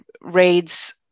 raids